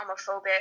homophobic